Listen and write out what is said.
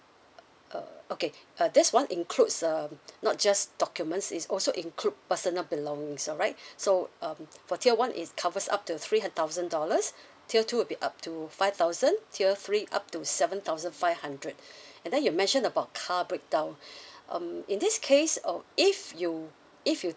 uh okay uh this one includes um not just documents it's also include personal belongings alright so um for tier one it covers up to three thousand dollars tier two will be up to five thousand tier three up to seven thousand five hundred and then you mentioned about car breakdown um in this case um if you if you